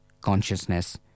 consciousness